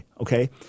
okay